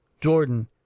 Jordan